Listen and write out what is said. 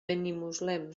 benimuslem